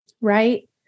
right